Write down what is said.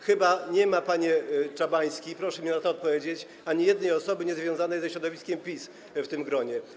Chyba nie ma, panie Czabański - i proszę mi na to odpowiedzieć - ani jednej osoby niezwiązanej ze środowiskiem PiS w tym gronie.